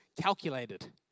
calculated